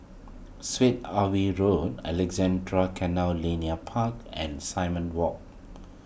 Syed Alwi Road Alexandra Canal Linear Park and Simon Walk